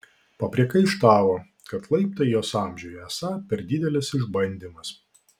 papriekaištavo kad laiptai jos amžiui esą per didelis išbandymas